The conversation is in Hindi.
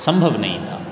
सम्भव नहीं था